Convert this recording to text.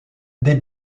des